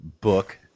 book